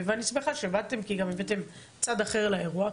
ואני שמחה שבאתם כי גם הבאתם צד אחר לאירוע,